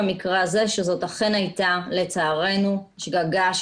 בחלק מהמקומות ניתנה אך ורק זכאות,